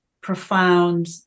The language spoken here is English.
profound